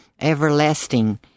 everlasting